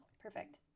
Perfect